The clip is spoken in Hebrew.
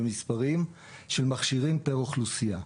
במספרים של מכשירים פר אוכלוסייה.